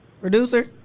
Producer